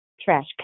trash